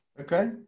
Okay